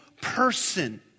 person